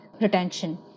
retention